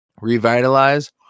Revitalize